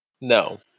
No